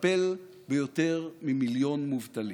נטפל ביותר ממיליון מובטלים.